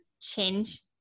change